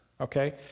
okay